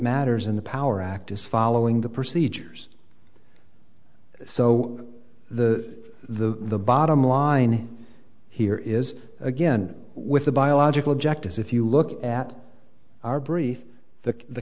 matters in the power act is following the procedures so the bottom line here is again with the biological objectives if you look at our brief the